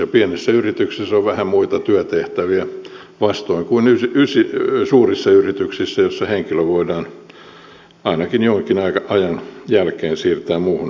ja pienessä yrityksessä on vähän muita työtehtäviä vastoin kuin suurissa yrityksissä joissa henkilö voidaan ainakin jonkin ajan jälkeen siirtää muuhun tehtävään